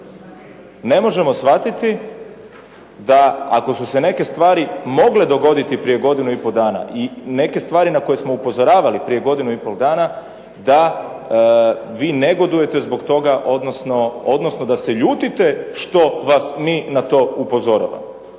Ne možemo shvatiti da ako su se neke stvari mogle dogoditi prije godinu i pol dana i neke stvari na koje smo upozoravali prije godinu i pol dana da vi negodujete zbog toga, odnosno da se ljutite što vas mi na to upozoravamo.